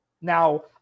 Now